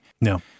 No